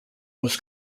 was